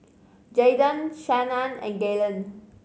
Jaydon Shannan and Galen